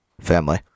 family